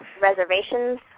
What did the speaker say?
reservations